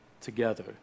together